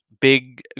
big